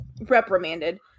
reprimanded